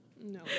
No